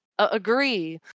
Agree